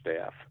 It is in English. staff